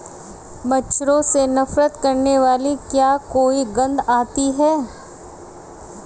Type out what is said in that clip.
मच्छरों से नफरत करने वाली क्या कोई गंध आती है?